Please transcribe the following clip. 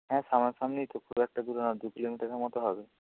হ্যাঁ সামনেই তো খুব একটা দূরে না দু কিলোমিটারের মতো হবে